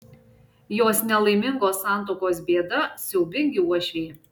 jos nelaimingos santuokos bėda siaubingi uošviai